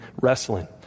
wrestling